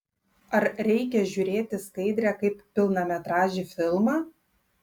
ar reikia žiūrėti skaidrę kaip pilnametražį filmą